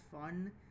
fun